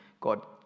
God